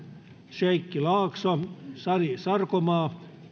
sheikki laakso sari sarkomaa